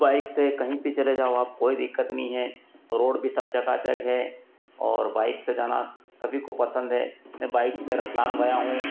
bike से कहीं पर चले जाओ आप कोई दिक्कत नई है रोड भी सब चकाचक है और बाइक से जाना सभी को पसंद है मैं बाइक से रतलाम गया हूँ